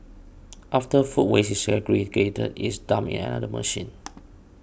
after food waste is segregated it is dumped in another machine